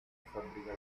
fabbricati